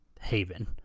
haven